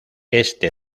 este